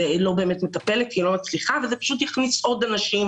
זה לא באמת מטפלת כי היא לא מצליחה וזה פשוט יכניס עוד אנשים